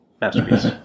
masterpiece